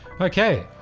Okay